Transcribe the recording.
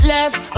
Left